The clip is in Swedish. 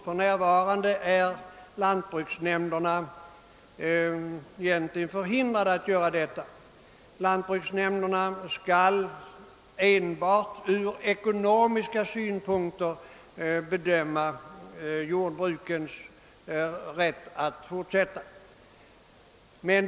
För närvarande är lantbruksnämnderna egentligen förhindrade att ta sådana hänsyn; lantbruksnämndernas bedömning när det gäller frågan om rationaliseringsstöd skall ske på enbart ekonomiska grunder.